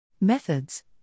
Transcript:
Methods